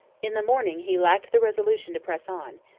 in the morning he lacked the resolution to press on,